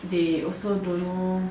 they also don't know